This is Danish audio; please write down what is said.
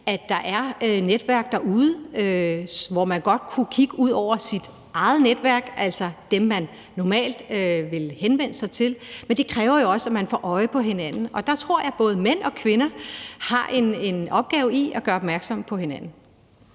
at de i netværk derude godt kunne kigge ud over deres eget netværk, altså dem, man normalt ville henvende sig til, men det kræver jo også, at man får øje på hinanden. Og der tror jeg, at både mænd og kvinder har en opgave i at gøre opmærksom på hinanden.